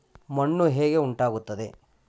ಮಣ್ಣು ಹೇಗೆ ಉಂಟಾಗುತ್ತದೆ?